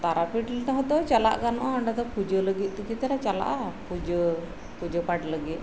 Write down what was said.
ᱛᱟᱨᱟᱯᱤᱴ ᱞᱮ ᱨᱮᱦᱚᱸ ᱛᱚ ᱪᱟᱞᱟᱜ ᱜᱟᱱᱚᱜᱼᱟ ᱚᱸᱰᱮ ᱫᱚ ᱯᱩᱡᱟᱹ ᱞᱟᱹᱜᱤᱫ ᱛᱮᱜᱮ ᱛᱚᱞᱮ ᱪᱟᱞᱟᱜᱼᱟ ᱯᱩᱡᱟᱹ ᱯᱩᱡᱟᱹ ᱯᱟᱴ ᱞᱟᱹᱜᱤᱫ